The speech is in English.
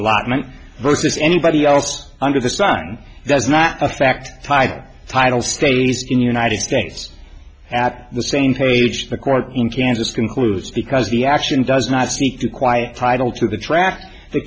allotment versus anybody else under the sun does not affect title title status in united states at the same page the court in kansas concludes because the action does not speak to quiet title to the track the